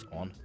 on